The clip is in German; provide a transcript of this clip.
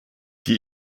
die